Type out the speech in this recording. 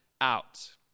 out